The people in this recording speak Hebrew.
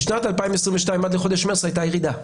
בשנת 2022 עד לחודש מרס הייתה ירידה.